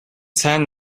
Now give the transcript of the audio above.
сайн